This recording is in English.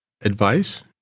advice